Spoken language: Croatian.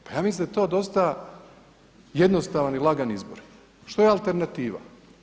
Pa ja mislim da je to dosta jednostavan i lagani izbor, što je alternativa?